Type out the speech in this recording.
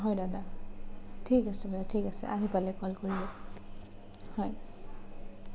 হয় দাদা ঠিক আছে দাদা ঠিক আছে আহি পালে কল কৰিব হয়